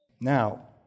Now